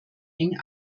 eng